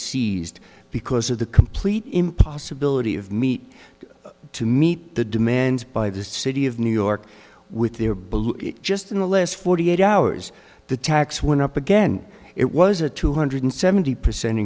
seized because of the complete impossibility of meet to meet the demands by the city of new york with their bill just in the last forty eight hours the tax went up again it was a two hundred seventy percent